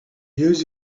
use